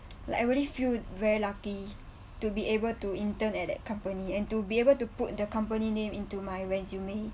like I really feel very lucky to be able to intern at that company and to be able to put the company name into my resume